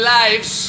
lives